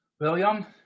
William